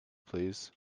please